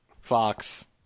Fox